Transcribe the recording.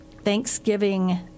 Thanksgiving